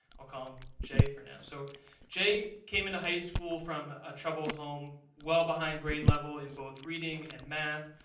i'll call him jay for now. so jay came into high school from a troubled home, well behind grade level in both reading and math.